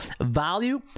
value